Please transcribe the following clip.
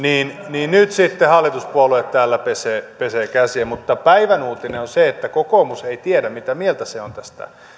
niin nyt sitten hallituspuolueet täällä pesevät pesevät käsiään mutta päivän uutinen on se että kokoomus ei tiedä mitä mieltä se on tästä